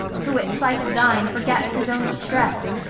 who at sight of thine forgets his own distress,